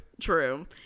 True